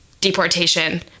deportation